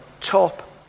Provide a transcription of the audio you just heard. top